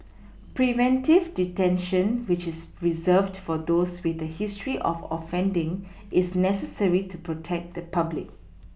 preventive detention which is Reserved for those with a history of offending is necessary to protect the public